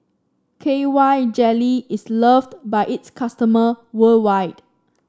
K Y Jelly is loved by its customer worldwide